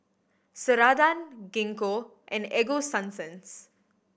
Ceradan Gingko and Ego Sunsense